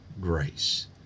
grace